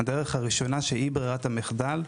הדרך הראשונה, שהיא ברירת המחדל,